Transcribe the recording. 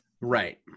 Right